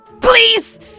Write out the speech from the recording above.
please